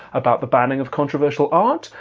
about the banning of controversial art,